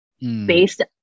based